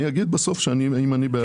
בסוף אני אגיד אם אני בעד או נגד.